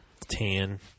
Tan